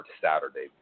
Saturday